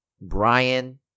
Brian